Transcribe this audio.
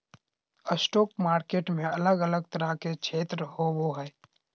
stock market में अलग अलग तरह के क्षेत्र होबो हइ